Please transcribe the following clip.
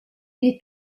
des